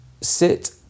sit